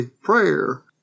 prayer